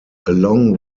along